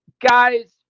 guys